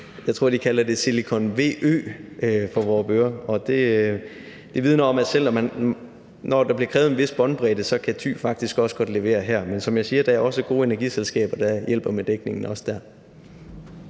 vistnok hedder Silicon VØ for Vorupør. Det vidner om, at Thy, når der bliver krævet en vis båndbredde, faktisk også kan levere her. Men som jeg siger, er der også gode energiselskaber, der hjælper med dækningen også der.